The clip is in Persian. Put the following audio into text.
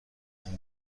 اون